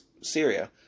Syria